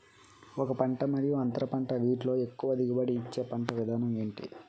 ఒక పంట మరియు అంతర పంట వీటిలో ఎక్కువ దిగుబడి ఇచ్చే పంట విధానం ఏంటి?